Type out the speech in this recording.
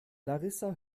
larissa